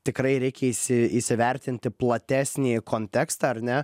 tikrai reikia įsi įsivertinti platesnį kontekstą ar ne